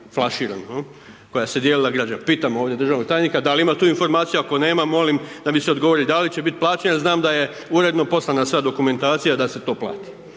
koja se dijelila građanima, pitam ovdje državnog tajnika da li ima tu informaciju, ako nema, molim da mi se odgovori da li će bit plaćeno, znam da je uredno poslana sva dokumentacija da se to plati.